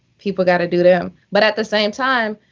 people gotta do them. but at the same time,